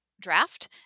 draft